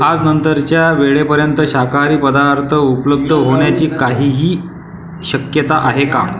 आज नंतरच्या वेळेपर्यंत शाकाहारी पदार्थ उपलब्ध होण्याची काहीही शक्यता आहे का